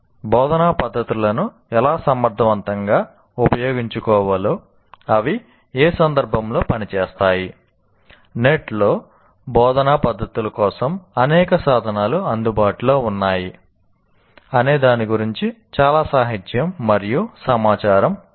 బోధనా పద్ధతులను ఎలా సమర్థవంతంగా ఉపయోగించుకోవాలో అవి ఏ సందర్భంలో పనిచేస్తాయి నెట్లో బోధనా పద్ధతుల కోసం అనేక సాధనాలు అందుబాటులో ఉన్నాయా అనే దాని గురించి చాలా సాహిత్యం మరియు సమాచారం ఉంది